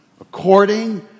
According